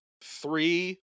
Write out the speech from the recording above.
three